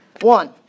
One